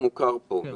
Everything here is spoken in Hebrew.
הרצל, זה מוכר פה.